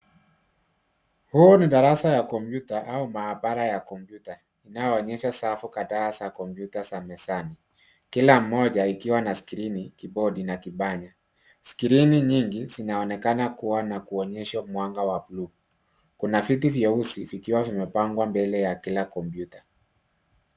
Huu ni darasa ya kompyuta au maabara ya kompyuta inayoonyesha safu kadhaa za kompyuta za mezani, kila mmoja ikiwa na skrini, kibodi na kipanya. Skrini nyingi zinaonekana kuwa na kuonyesha mwanga wa buluu. Kuna viti vyeusi vikiwa vimepangwa mbele ya kila kompyuta.